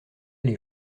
les